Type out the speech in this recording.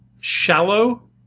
shallow